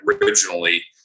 originally